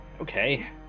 Okay